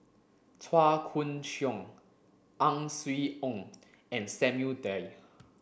Chua Koon Siong Ang Swee Aun and Samuel Dyer